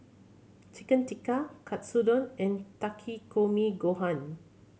Chicken Tikka Katsudon and Takikomi Gohan